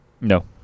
No